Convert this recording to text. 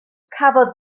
cafodd